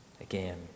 Again